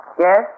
Yes